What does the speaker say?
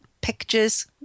pictures